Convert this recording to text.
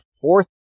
fourth